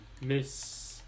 Miss